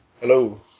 Hello